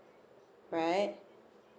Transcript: right